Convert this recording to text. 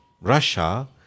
russia